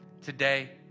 Today